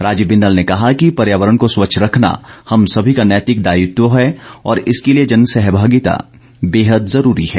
राजीव बिंदल ने कहा कि पर्यावरण को स्वच्छ रखना हम सभी का नैतिक दायित्व है और इसके लिए जनसहभागिता बेहद जरूरी है